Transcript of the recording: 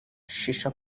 shisha